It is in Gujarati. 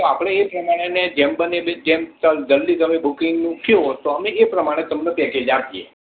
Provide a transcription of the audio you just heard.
તો આપણે એ પ્રમાણે અને જેમ બને એમ બ જલ્દી તમે બુકિંગ થયું તો અમે એ પ્રમાણે તમને પેકેજ આપીએ